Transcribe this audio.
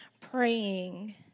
praying